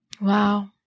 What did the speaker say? Wow